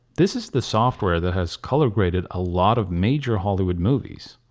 this is the software that has color graded a lot of major hollywood movies.